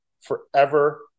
forever